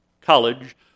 college